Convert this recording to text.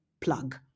plug